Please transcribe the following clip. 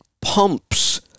pumps